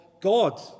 God